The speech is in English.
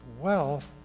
wealth